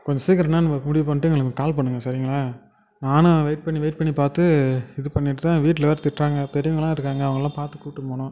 கொஞ்சம் சீக்கிரம் என்னென்னு முடிவு பண்ணிவிட்டு எங்களுக்கு கால் பண்ணுங்கள் சரிங்களா நானும் வெயிட் பண்ணி வெயிட் பண்ணி பார்த்து இது பண்ணிட்டு தான் வீட்டில் வேறு திட்டுறாங்க பெரியவங்கெளாம் இருகாங்க அவங்களெல்லாம் பார்த்து கூட்டுனு போகணும்